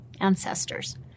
ancestors